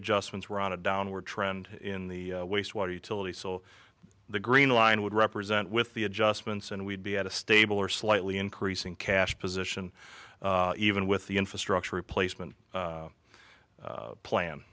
adjustments we're on a downward trend in the waste water utility so the green line would represent with the adjustments and we'd be at a stable or slightly increasing cash position even with the infrastructure replacement